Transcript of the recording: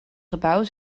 gebouw